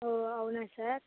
ఓ అవునా సార్